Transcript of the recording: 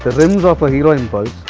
rims of a hero impulse.